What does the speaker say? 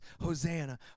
Hosanna